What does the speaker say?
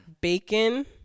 Bacon